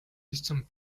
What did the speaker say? distant